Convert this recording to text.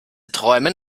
träumen